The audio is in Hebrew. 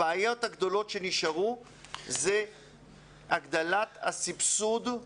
הבעיה הגדולה שנשארה היא הגדלת הסבסוד.